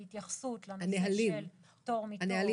התייחסות לנושא של פטור מתור --- אתם מתכוונים לנהלים